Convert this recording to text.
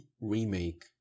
remake